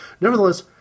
nevertheless